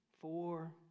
four